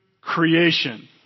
creation